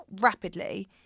rapidly